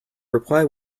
reply